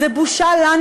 זה בושה לנו,